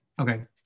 okay